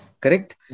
Correct